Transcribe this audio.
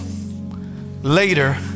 later